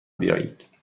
بیایید